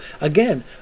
Again